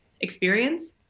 experience